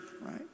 right